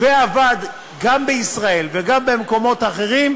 ועבד גם בישראל וגם במקומות אחרים,